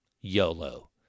YOLO